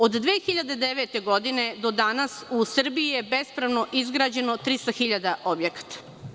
Od 2009. godine do danas u Srbiji je bespravno izgrađeno 300.000 objekata.